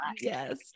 Yes